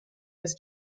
was